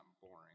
boring